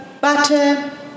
butter